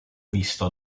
visto